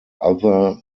other